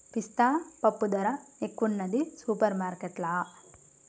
పిస్తా పప్పు ధర ఎక్కువున్నది సూపర్ మార్కెట్లల్లా